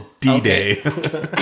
D-Day